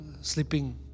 sleeping